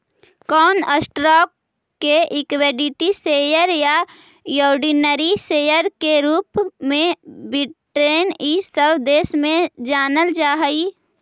कौन स्टॉक्स के equity share या ऑर्डिनरी शेयर के रूप में ब्रिटेन इ सब देश में जानल जा हई